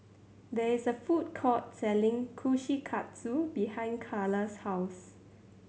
there is a food court selling Kushikatsu behind Karla's house